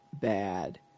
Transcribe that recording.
bad